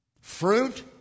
Fruit